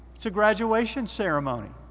it's a graduation ceremony.